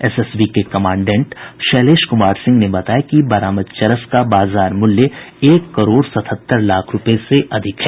SSB के commandant Shailesh Kumar Singh ने बताया कि बरामद चरस का बाजार मूल्य एक करोड़ सतहत्तर लाख रूपये से अधिक है